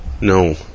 no